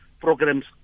programs